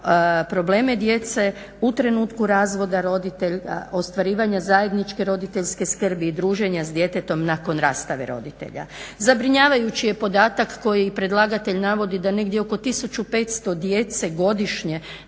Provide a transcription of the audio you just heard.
probleme djece u trenutku razvoda roditelja, ostvarivanja zajedničke roditeljske skrbi i druženja s djetetom nakon rastave roditelja. Zabrinjavajući je podatak koji predlagatelj navodi, da negdje oko 1500 djece godišnje